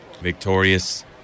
victorious